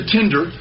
Tinder